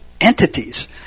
entities